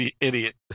idiot